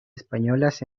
españolas